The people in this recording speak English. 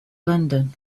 london